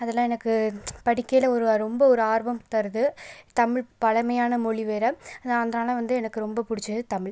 அதெல்லாம் எனக்கு படிக்கையிலேயே ஒரு ரொம்ப ஒரு ஆர்வம் தருது தமிழ் பழமையான மொழி வேறு அதனால் எனக்கு பிடிச்சது வந்து தமிழ்